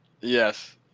Yes